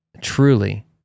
truly